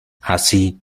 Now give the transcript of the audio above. así